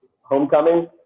homecoming